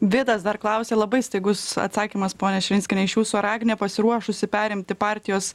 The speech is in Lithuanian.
vidas dar klausia labai staigus atsakymas ponia širinskiene iš jūsų ar agnė pasiruošusi perimti partijos